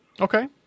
Okay